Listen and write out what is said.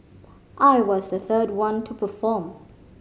I was the third one to perform